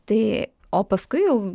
tai o paskui jau